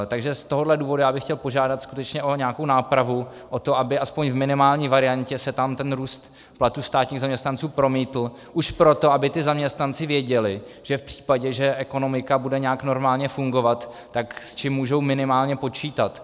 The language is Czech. Takže z tohoto důvodu bych chtěl požádat skutečně o nějakou nápravu, o to, aby aspoň v minimální variantě se tam ten růst platů státních zaměstnanců promítl, už proto, aby ti zaměstnanci věděli, že v případě, že ekonomika bude nějak normálně fungovat, s čím můžou minimálně počítat.